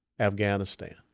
Afghanistan